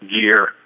gear